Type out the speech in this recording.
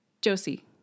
Josie